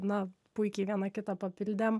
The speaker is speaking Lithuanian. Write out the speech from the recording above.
na puikiai viena kitą papildėm